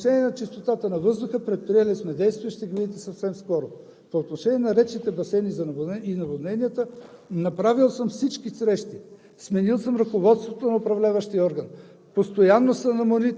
не съм дошъл да се оплаквам. Казвам какво е текущото положение. По отношение на чистотата на въздуха. Предприели сме действия, ще ги видите съвсем скоро. По отношение на речните басейни и наводненията. Направил съм всички срещи,